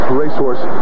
racehorse